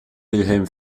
wilhelm